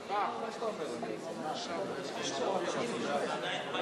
העבודה מרצ להביע